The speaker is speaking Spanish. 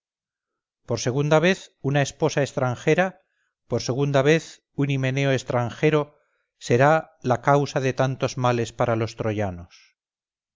por segunda vez una esposa extranjera por segunda vez un himeneo extranjero será la causa de tantos males para os troyanos